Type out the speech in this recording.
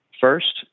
first